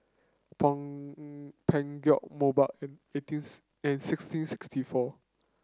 Peugeot Mobot and eighteens and sixteen sixty four